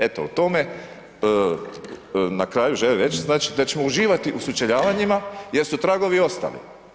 Eto, o tome na kraju želim reći znači da ćemo uživati u sučeljavanjima jer su tragovi ostali.